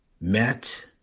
met